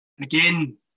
again